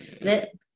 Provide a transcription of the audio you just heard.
let